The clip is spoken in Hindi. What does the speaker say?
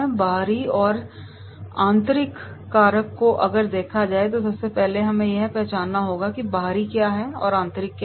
बाहरी और आंतरिक कारक को अगर देखा जाए तो सबसे पहले हमें यह पहचाना होगा कि बाहरी क्या है और आंतरिक क्या है